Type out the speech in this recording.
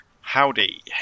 Howdy